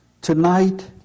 tonight